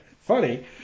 funny